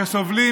שסובלים